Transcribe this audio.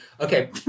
Okay